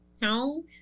tone